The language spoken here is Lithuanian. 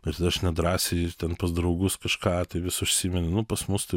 ir tada aš nedrąsiai ten pas draugus kažką tai vis užsimeni nu pas mus tai